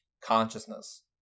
consciousness